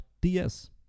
DS